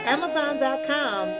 Amazon.com